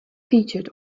featured